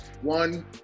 one